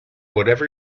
whatever